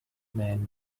man